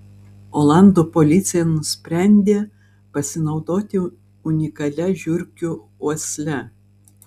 olandų policija nusprendė pasinaudoti unikalia žiurkių uosle